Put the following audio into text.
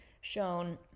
shown